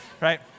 Right